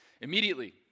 Immediately